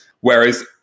Whereas